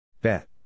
Bet